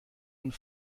und